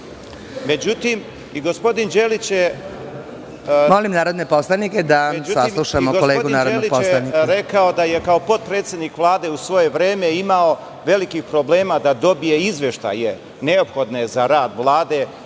narodnog poslanika.)… rekao da je kao potpredsednik Vlade u svoje vreme imao velikih problema da dobije izveštaje neophodne za rad Vlade